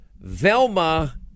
Velma